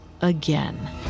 again